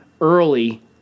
early